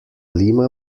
lima